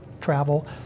travel